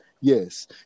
Yes